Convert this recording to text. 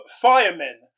firemen